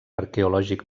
arqueològic